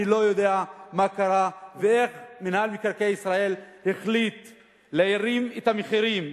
אני לא יודע מה קרה ואיך מינהל מקרקעי ישראל החליט להרים את המחירים.